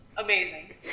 Amazing